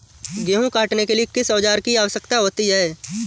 गेहूँ काटने के लिए किस औजार की आवश्यकता होती है?